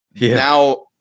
Now